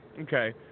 Okay